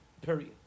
Period